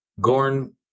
Gorn